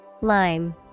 Lime